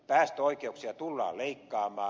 päästöoikeuksia tullaan leikkaamaan